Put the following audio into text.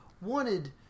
wanted